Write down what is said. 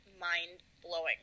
mind-blowing